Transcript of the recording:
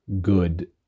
good